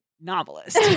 novelist